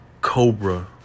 Cobra